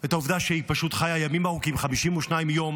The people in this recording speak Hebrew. את העובדה שהיא פשוט חיה ימים ארוכים, 52 יום,